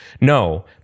No